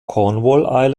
cornwall